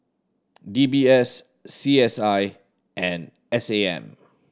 D B S C S I and S A M